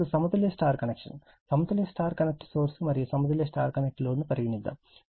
ఇప్పుడు సమతుల్య Y connection సమతుల్య Y కనెక్ట్ సోర్స్ మరియు సమతుల్య Y కనెక్ట్ లోడ్ ను పరిగణిస్తాము